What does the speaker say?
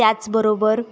त्याचबरोबर